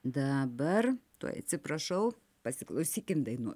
dabar tuoj atsiprašau pasiklausykim dainos